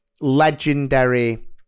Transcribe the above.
legendary